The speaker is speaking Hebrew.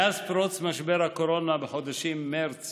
מאז פרוץ משבר הקורונה בחודשים מרץ